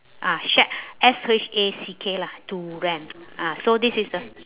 ah shack S H A C K lah to rent ah so this is uh